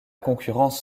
concurrence